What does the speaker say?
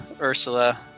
ursula